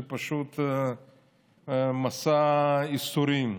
זה פשוט מסע ייסורים,